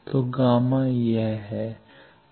तो Γ1 यह है